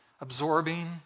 absorbing